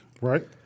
Right